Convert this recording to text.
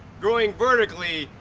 growing vertically,